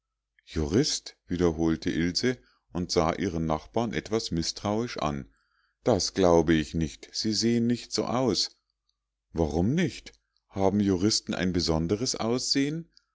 jurist wiederholte ilse und sah ihren nachbar etwas mißtrauisch an das glaube ich nicht sie sehen nicht so aus warum nicht haben die juristen ein besonderes aussehen